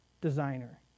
designer